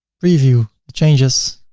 preview the changes.